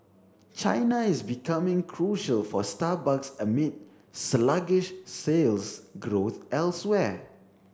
China is becoming crucial for Starbucks amid sluggish sales growth elsewhere